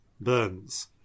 Burns